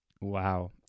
Wow